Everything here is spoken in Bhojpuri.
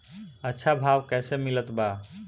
अच्छा भाव कैसे मिलत बा?